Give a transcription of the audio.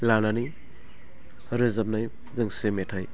लानानै रोजाबनाय दोंसे मेथाइ